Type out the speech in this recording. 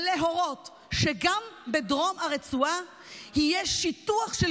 ולהורות שגם בדרום הרצועה יהיה שיטוח של